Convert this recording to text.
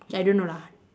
K I don't know lah